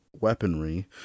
weaponry